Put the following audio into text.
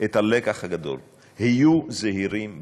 את הלקח הגדול: היו זהירים בהסתה,